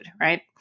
right